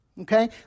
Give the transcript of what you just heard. Okay